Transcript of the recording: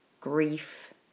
grief